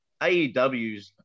AEWs